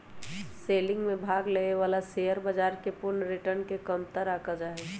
selling में भाग लेवे वाला शेयर बाजार के पूर्ण रिटर्न के कमतर आंका जा हई